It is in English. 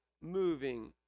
moving